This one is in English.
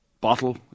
Bottle